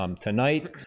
tonight